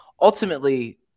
ultimately